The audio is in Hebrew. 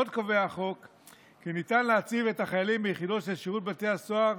עוד קובע החוק כי ניתן להציב את החיילים ביחידות של שירות בתי הסוהר